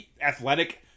athletic